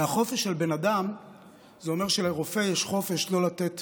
שהחופש של בן אדם אומר שלרופא יש חופש לא לתת